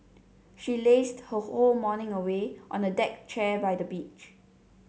she lazed her whole morning away on a deck chair by the beach